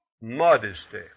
Modesty